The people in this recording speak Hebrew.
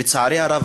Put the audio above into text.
לצערי הרב,